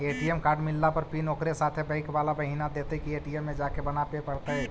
ATM card मिलला पर PIN ओकरे साथे बैक बाला महिना देतै कि ए.टी.एम में जाके बना बे पड़तै?